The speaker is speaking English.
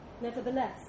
Nevertheless